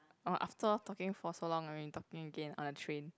or afterall talking for so long already talking again on a train